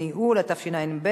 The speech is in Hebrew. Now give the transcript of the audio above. אין מתנגדים ואין נמנעים.